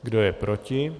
Kdo je proti?